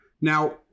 Now